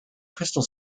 crystal